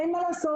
אין מה לעשות,